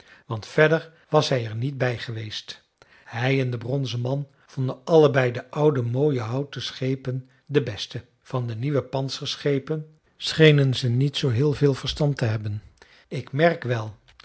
want verder was hij er niet bij geweest hij en de bronzen man vonden allebei de oude mooie houten schepen de beste van de nieuwe pantserschepen schenen ze niet zoo heel veel verstand te hebben ik merk wel